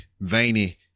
veiny